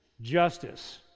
justice